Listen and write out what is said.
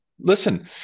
listen